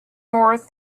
north